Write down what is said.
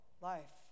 life